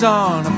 on